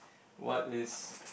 what is